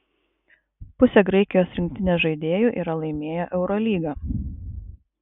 pusė graikijos rinktinės žaidėjų yra laimėję eurolygą